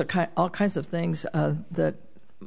of all kinds of things that